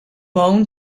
bone